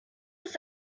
ist